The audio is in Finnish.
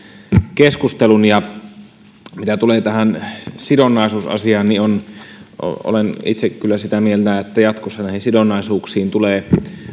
keskustelun mitä tulee tähän sidonnaisuusasiaan niin olen itse kyllä sitä mieltä että jatkossa näihin sidonnaisuuksiin tulee